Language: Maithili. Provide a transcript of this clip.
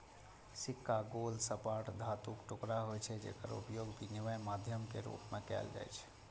सिक्का गोल, सपाट धातुक टुकड़ा होइ छै, जेकर उपयोग विनिमय माध्यम के रूप मे कैल जाइ छै